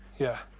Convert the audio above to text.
yeah.